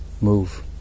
move